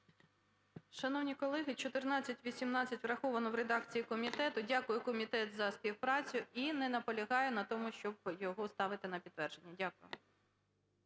Шановні колеги, 1418 врахована в редакції комітету. Дякую комітет за співпрацю. І не наполягаю на тому, щоб його ставити на підтвердження. Дякую.